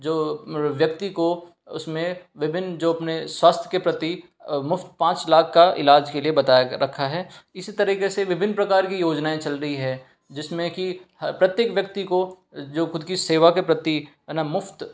जो व्यक्ति को उसमें विभिन्न जो अपने स्वास्थ्य के प्रति मुफ़्त पाँच लाख का इलाज के लिए बताया रखा है इसी तरीके से विभिन्न प्रकार की योजनाएं चल रही है जिसमें कि हर प्रत्येक व्यक्ति को जो ख़ुद की सेवा के प्रति न मुफ़्त